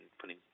putting